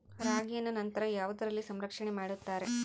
ರಾಗಿಯನ್ನು ನಂತರ ಯಾವುದರಲ್ಲಿ ಸಂರಕ್ಷಣೆ ಮಾಡುತ್ತಾರೆ?